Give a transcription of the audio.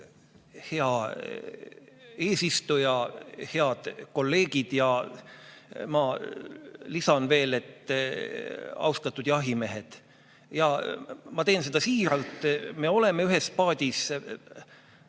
Hea eesistuja, head kolleegid ja ma lisan veel, et austatud jahimehed! Ma teen seda siiralt. Me oleme ühes paadis.